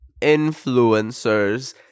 influencers